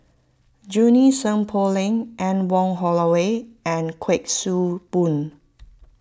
Junie Sng Poh Leng Anne Wong Holloway and Kuik Swee Boon